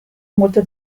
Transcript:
molto